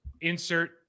insert